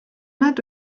nad